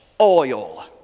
oil